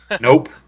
Nope